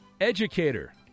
educator